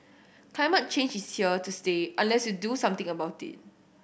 climate change is here to stay unless you do something about it